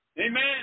Amen